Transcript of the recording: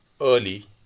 early